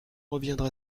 reviendra